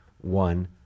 one